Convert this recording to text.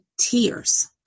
tears